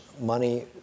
money